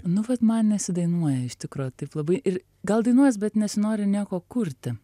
nu vat man nesidainuoja iš tikro taip labai ir gal dainuojas bet nesinori nieko kurti